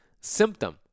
symptom